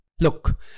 Look